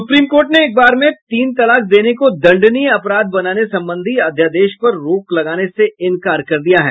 supreme court ने एक बार में तीन तलाक देने को दंडनीय अपराध बनाने संबंधि अध्यादेश पर रोक से इंकार कर दिया है